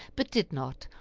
but did not,